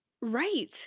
Right